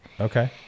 Okay